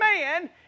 man